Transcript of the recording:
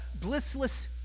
blissless